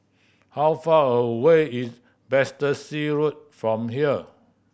how far away is Battersea Road from here